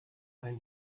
ein